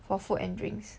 for food and drinks